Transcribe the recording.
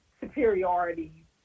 superiority